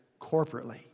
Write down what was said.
corporately